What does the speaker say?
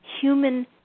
human